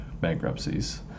bankruptcies